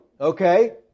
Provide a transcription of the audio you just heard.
okay